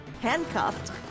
handcuffed